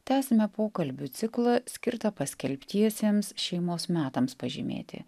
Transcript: tęsime pokalbių ciklą skirtą paskelbtiesiems šeimos metams pažymėti